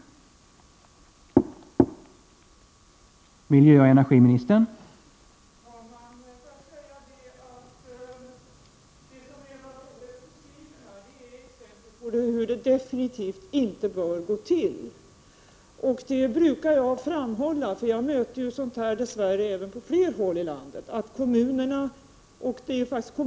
27 oktober 1988